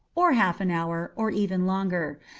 or half an hour, or even longer.